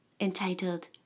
entitled